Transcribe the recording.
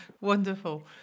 Wonderful